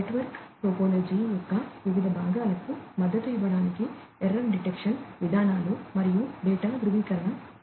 network topology యొక్క వివిధ భాగాలకు మద్దతు ఇవ్వడానికి ఎర్రర్ డెటెక్టింగ్ విధానాలు మరియు డేటా ధ్రువీకరణ ఉన్నాయి